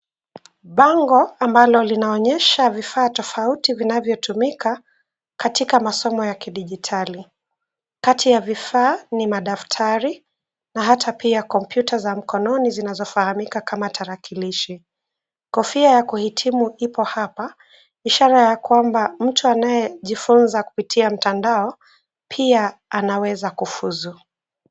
Bango ambalo linaonyesha vifaa tofauti vinayotumika katika masomo ya kidijitali. Kati ya vifaa, ni madaftari na hata pia kompyuta za mkono zinazofahamika kama tarakilishi. Kofia ya kuhitimu iko hapa, ishara ya kwamba mtu anayejifunza kupitia mtandao pia anaweza kufuzu.